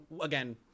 again